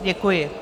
Děkuji.